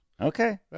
Okay